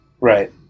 Right